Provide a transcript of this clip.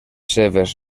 seves